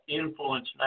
influence